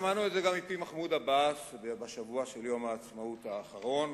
שמענו את זה גם מפי מחמוד עבאס בשבוע של יום העצמאות האחרון,